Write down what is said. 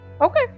okay